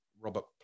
Robert